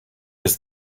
his